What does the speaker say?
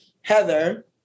Heather